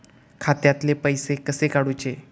खात्यातले पैसे कसे काडूचे?